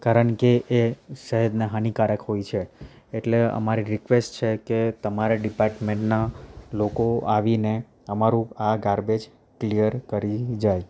કારણ કે એ સેહતને હાનિકારક હોય છે એટલે અમારી રિક્વેસ્ટ છે કે તમારા ડિપાર્ટમેન્ટના લોકો આવીને અમારું આ ગાર્બેજ ક્લિયર કરી જાય